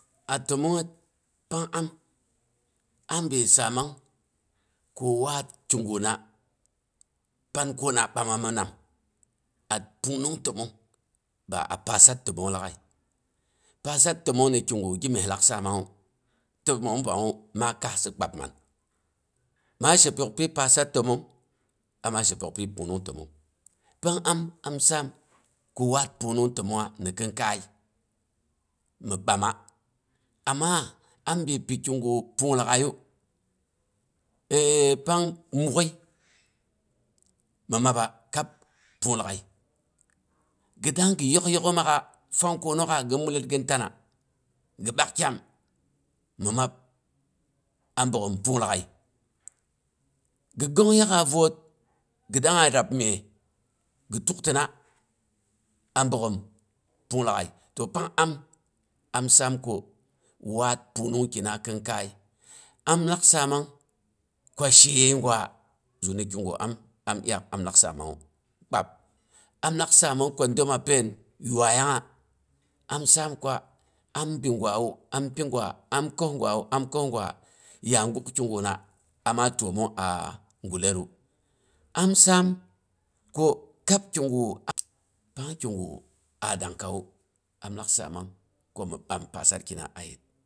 A təmongngət pang am am bin saamang ko waat, kiguna pan kona ɓama mi nami a pungnung təmong ba a pasat təmong lag'ai. Pasat təmong mi kigu gimyes lak saamangngu. ti noom pangngu ma kassɨ kpab man. ma shepyok pyi pasat təmong, ma shepyok pyi pungnung təmong pang am, am saam ko waat pungnung təmongnga ni kinkai, mi ɓama, amme abin pikigu pung lag'aiyu pang muk'oi, mɨ maba kab punglag'ai, gi dang gi yok yok'ummaak'a, swang konok'aak'a, gin mulit gɨn tana, gi bakk kyami mi mab a boggom pung lag'ai. gi gong yiiyaak'a vwoot gi dangnga rab myes gi tuktina, a boggham pung lag'ai. To pang am am saam ko, waat pungnungkina kinkai, am lak saamang ko sheyei gwa zu ni kigu am, am dyaak am lak saamangngu. Kpab, am lak saamang ko dəma pain yuai yanga am saam kwa, am bi gwawu am pigwa, am kəos gwawu, am kəos gwa, ya guk kiguna am təomong aa gullətru am saam ko kab kigu, pang kigu a dangkawu, am laak saamang komi bam pasarkina a yepang